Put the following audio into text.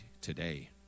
today